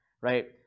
right